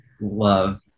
love